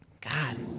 God